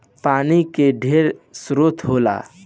पानी के ढेरे स्रोत होला